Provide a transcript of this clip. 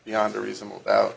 beyond a reasonable doubt